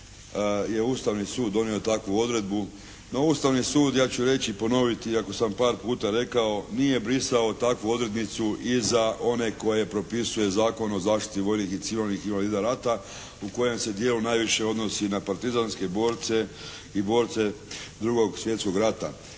Ustavni sud donio takvu odredbu. No Ustavni sud, ja ću reći i ponoviti iako sam par puta rekao, nije brisao takvu odrednicu i za one koje propisuje Zakon o zaštiti vojnih i civilnih invalida rata u kojem se dijelu najviše odnos na partizanske borce i borce drugog svjetskog rata.